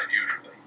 usually